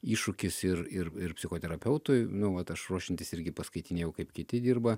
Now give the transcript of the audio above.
iššūkis ir ir ir psichoterapeutui nu vat aš ruošiantis irgi paskaitinėjau kaip kiti dirba